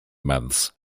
months